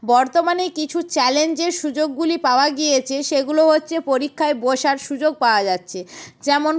বর্তমানে কিছু চ্যালেঞ্জের সুযোগগুলি পাওয়া গিয়েছে সেগুলো হচ্ছে পরীক্ষায় বসার সুযোগ পাওয়া যাচ্ছে যেমন